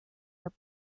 are